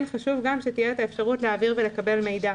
ולכן חשוב שתהיה גם את האפשרות להעביר ולקבל מידע